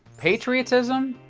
patriotism?